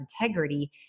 integrity